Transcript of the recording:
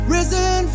Risen